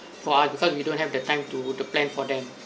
for I because we don't have the time to to plan for them